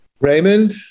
Raymond